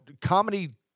comedy